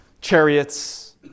chariots